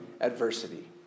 adversity